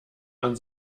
man